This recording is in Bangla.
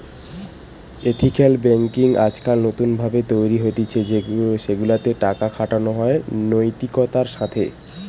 এথিকাল বেঙ্কিং আজকাল নতুন ভাবে তৈরী হতিছে সেগুলা তে টাকা খাটানো হয় নৈতিকতার সাথে